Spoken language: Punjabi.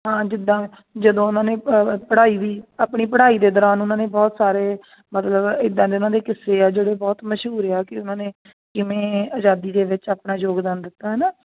ਹਾਂ ਜਿੱਦਾਂ ਜਦੋਂ ਉਹਨਾਂ ਨੇ ਪੜ੍ਹਾਈ ਵੀ ਆਪਣੀ ਪੜ੍ਹਾਈ ਦੇ ਦੌਰਾਨ ਉਹਨਾਂ ਨੇ ਬਹੁਤ ਸਾਰੇ ਮਤਲਬ ਇੱਦਾਂ ਦੇ ਉਹਨਾਂ ਦੇ ਕਿੱਸੇ ਆ ਜਿਹੜੇ ਬਹੁਤ ਮਸ਼ਹੂਰ ਆ ਕਿ ਉਹਨਾਂ ਨੇ ਕਿਵੇਂ ਆਜ਼ਾਦੀ ਦੇ ਵਿੱਚ ਆਪਣਾ ਯੋਗਦਾਨ ਦਿੱਤਾ ਨਾ